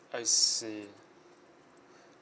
I see